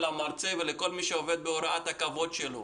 למרצה ולכל מי שעובד בהוראה את הכבוד שלהם.